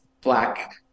Black